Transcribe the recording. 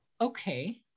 okay